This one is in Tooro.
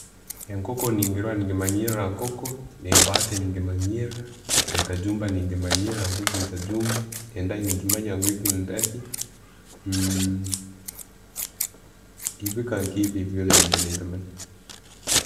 Enkoko nengirora ne'ngimanyiira ngu nkoko, ne'mbata nengimanyira, entajumba ne'ngimanyira nti egyo entajumba, endayi nengimanya nti egyo ndahi. Ebika ebyo byona mba ne'mbimanya.